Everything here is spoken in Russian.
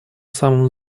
самом